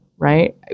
Right